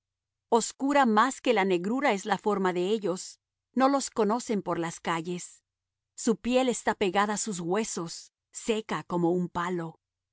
oscura más que la negrura es la forma de ellos no los conocen por las calles su piel está pegada á sus huesos seca como un palo más